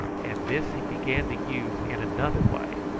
and this he began to use in another way.